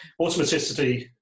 automaticity